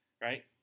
Right